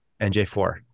NJ4